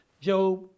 Job